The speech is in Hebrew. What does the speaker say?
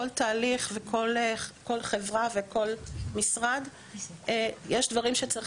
כל תהליך וכל חברה וכל משרד יש דברים שצריך